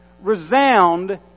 resound